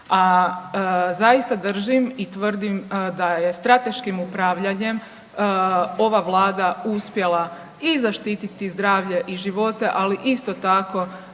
A zaista držim i tvrdim da je strateškim upravljanjem ova Vlada uspjela i zaštititi zdravlje i živote, ali isto tako